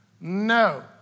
No